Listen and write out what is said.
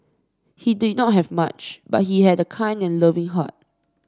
he did not have much but he had a kind and loving heart